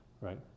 Right